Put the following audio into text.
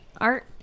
art